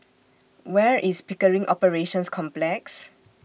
Where IS Pickering Operations Complex